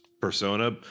persona